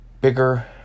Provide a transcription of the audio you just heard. bigger